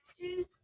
shoes